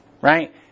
right